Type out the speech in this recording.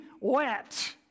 wet